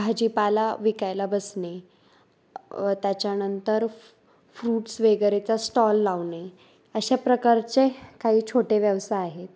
भाजीपाला विकायला बसणे त्याच्यानंतर फ्रूट्स वगैरेचा स्टॉल लावणे अशा प्रकारचे काही छोटे व्यवसाय आहेत